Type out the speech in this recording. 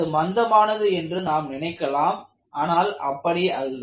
அது மந்தமானது என்று நாம் நினைக்கலாம் ஆனால் அப்படி அல்ல